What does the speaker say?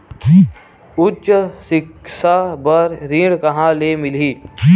उच्च सिक्छा बर ऋण कहां ले मिलही?